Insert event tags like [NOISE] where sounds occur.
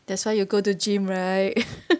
that's why you go to gym right [LAUGHS]